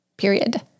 period